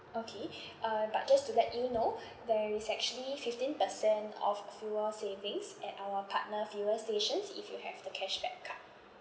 okay uh but just to let you know there is actually fifteen percent of fuel savings at our partner fuel stations if you have the cashback card